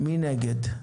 מי נגד?